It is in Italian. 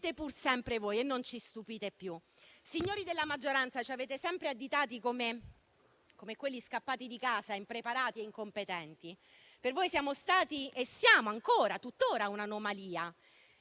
pur sempre voi e non ci stupite più. Signori della maggioranza, ci avete sempre additati come quelli scappati di casa, impreparati e incompetenti. Per voi siamo stati e siamo tuttora un'anomalia;